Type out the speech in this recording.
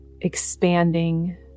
expanding